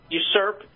usurp